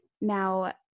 Now